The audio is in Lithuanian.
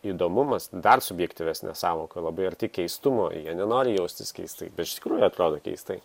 įdomumas dar subjektyvesnė sąvoka labai arti keistumo jie nenori jaustis keistai bet iš tikrųjų atrodo keistai